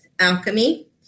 alchemy